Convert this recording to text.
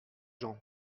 gens